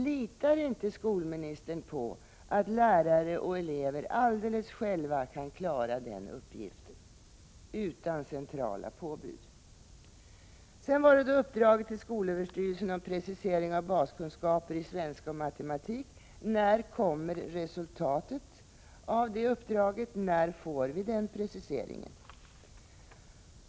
Litar inte skolministern på att lärare och elever kan klara den uppgiften utan centrala påbud? Sedan gällde det uppdraget till skolöverstyrelsen om precisering av baskunskaper i svenska och matematik. När kommer resultatet av det uppdraget? När får vi den preciseringen?